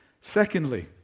Secondly